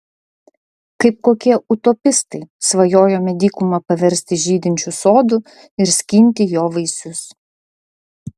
kaip kokie utopistai svajojome dykumą paversti žydinčiu sodu ir skinti jo vaisius